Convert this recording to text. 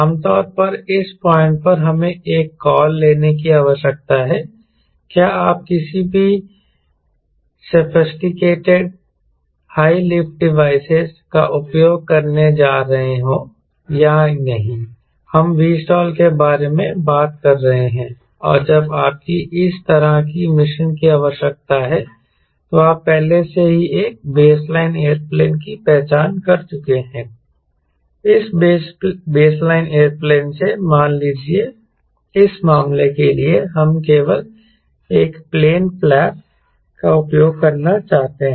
आमतौर पर इस पॉइंट पर हमें एक कॉल लेने की आवश्यकता है क्या आप किसी भी सोफिस्टिकेटेड हाय लिफ्ट डिवाइसिस का उपयोग करने जा रहे हों या नहीं हम Vstall के बारे में बात कर रहे हैं और जब आपकी इस तरह की मिशन की आवश्यकता हैं तो आप पहले से ही एक बेसलाइन एयरप्लेन की पहचान कर चुके हैं उस बेसलाइन एयरप्लेन से मान लीजिए इस मामले के लिए हम केवल एक प्लेन फ्लैप का उपयोग करना चाहते हैं